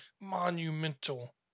monumental